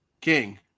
King